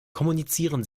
kommunizieren